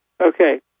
Okay